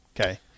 Okay